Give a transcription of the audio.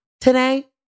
today